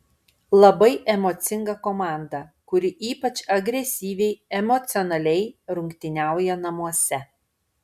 labai emocinga komanda kuri ypač agresyviai emocionaliai rungtyniauja namuose